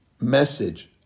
message